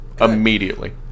Immediately